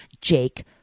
Jake